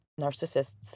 narcissists